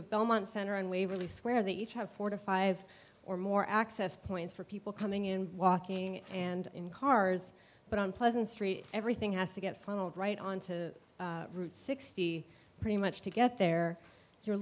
have belmont center and waverly square they each have four to five or more access points for people coming in walking and in cars but on pleasant street everything has to get funneled right on to route sixty pretty much to get there you're